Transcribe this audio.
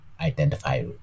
identify